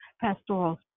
pastoral